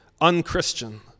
unchristian